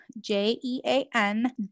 j-e-a-n